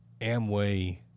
Amway